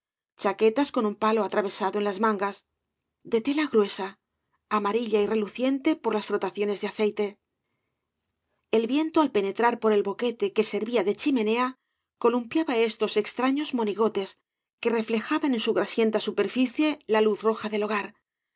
chaquetas con un palo atravesado en las mangas la tela gruesa amarilla y reluciente por las frotaciones de aceite el viento al penetrar por el boquete que servía de chimenea columpiaba estos extrañes monigotes que reflejaban en su grasicnta superficie la luz roja del hogar